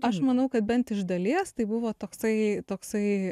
aš manau kad bent iš dalies tai buvo toksai toksai